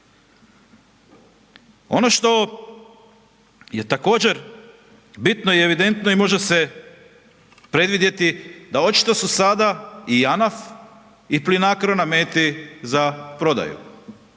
Ono što je također bitno i evidentno i može se predvidjeti, da očito su sada i JANAF i Plinacro na meti za prodaju.